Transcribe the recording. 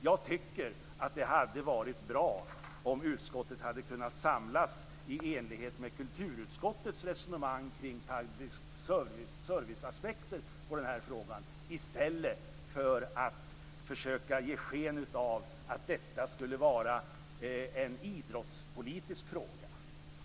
Jag tycker att det hade varit bra om utskottet hade kunnat samlas i enlighet med kulturutskottets resonemang kring public service-aspekter i den här frågan i stället för att försöka ge sken av att detta skulle vara en idrottspolitisk fråga.